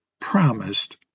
promised